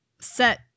set